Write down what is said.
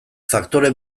faktore